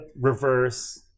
reverse